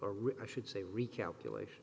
or should say recalculate